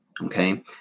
Okay